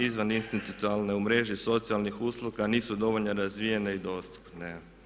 Izvaninstitucionalne u mreži socijalnih usluga nisu dovoljno razvijene i dostupne.